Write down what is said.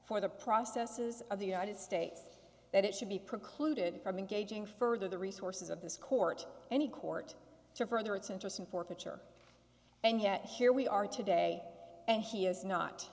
for the processes of the united states that it should be precluded from engaging further the resources of this court any court to further its interests and for pitcher and yet here we are today and he is not